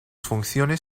funciones